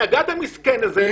הנגד המסכן הזה.